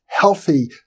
healthy